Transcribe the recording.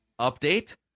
update